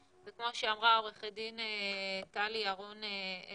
זה כמו שאמרה עורכת דין טלי ירון-אלדר,